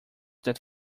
that